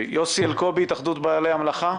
יוסי אלקובי, בבקשה.